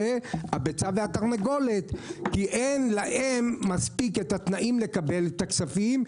את התנאים המספקים כדי לקבל את הכספים.